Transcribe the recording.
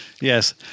Yes